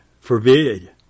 forbid